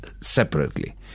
separately